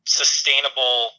sustainable